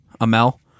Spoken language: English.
Amel